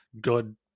good